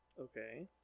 Okay